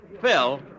Phil